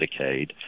Medicaid